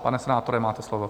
Pane senátore, máte slovo.